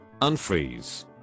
Unfreeze